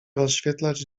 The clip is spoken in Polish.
rozświetlać